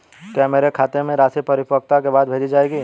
क्या मेरे खाते में राशि परिपक्वता के बाद भेजी जाएगी?